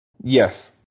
Yes